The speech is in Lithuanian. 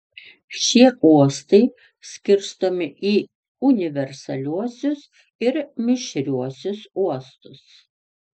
šie uostai skirstomi į universaliuosius ir mišriuosius uostus